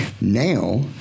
now